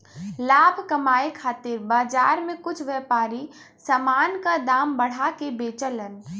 लाभ कमाये खातिर बाजार में कुछ व्यापारी समान क दाम बढ़ा के बेचलन